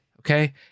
Okay